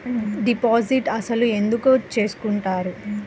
Deposit అసలు ఎందుకు చేసుకుంటారు?